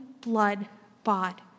blood-bought